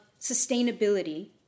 sustainability